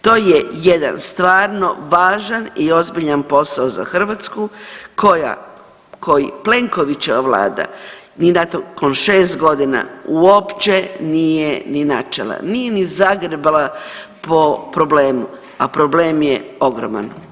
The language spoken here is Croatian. To je jedan stvaran važan i ozbiljan posao za Hrvatsku koja, koji Plenkovićeva vlada ni nakon 6 godina uopće nije ni načela, nije ni zagrebala po problemu, a problem je ogroman.